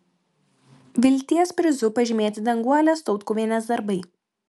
vilties prizu pažymėti danguolės tautkuvienės darbai